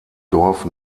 dorf